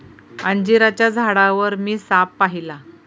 अंजिराच्या झाडावर मी साप पाहिला